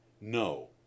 No